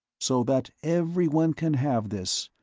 so that everyone can have this.